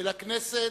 ולכנסת,